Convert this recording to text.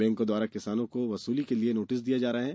बैंकों द्वारा किसानों को बसूली के नोटिस दिये जा रहे हैं